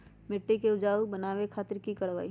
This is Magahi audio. मिट्टी के उपजाऊ बनावे खातिर की करवाई?